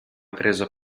preso